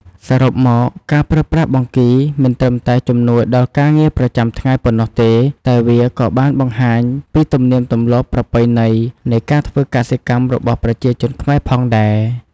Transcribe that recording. សរុបមក ការប្រើប្រាស់បង្គីមិនត្រឹមតែជំនួយដល់ការងារប្រចាំថ្ងៃប៉ុណ្ណោះទេ តែវាក៏បានបង្ហាញពីទំនៀមទម្លាប់ប្រពៃណីនៃការធ្វើកសិកម្មរបស់ប្រជាជនខ្មែរផងដែរ។